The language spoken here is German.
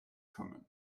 kommen